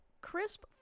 crisp